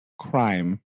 crime